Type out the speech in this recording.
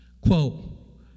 Quote